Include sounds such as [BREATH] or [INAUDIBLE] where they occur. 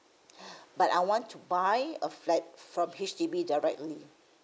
[BREATH] but I want to buy a flat from H_D_B directly